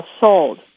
sold